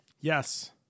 Yes